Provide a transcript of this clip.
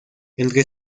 entre